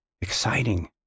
Exciting